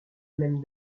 même